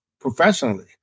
professionally